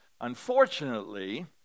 Unfortunately